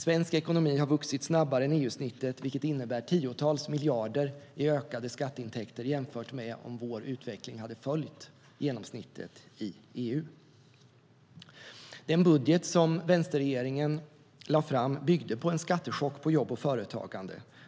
Svensk ekonomi har vuxit snabbare än EU-genomsnittet, vilket innebär tiotals miljarder i ökade skatteintäkter jämfört med om vår utveckling hade följt genomsnittet i EU.Den budget som vänsterregeringen lade fram byggde på en skattechock på jobb och företagande.